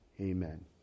Amen